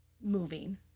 moving